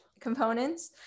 components